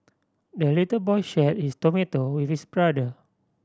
the little boy shared his tomato with his brother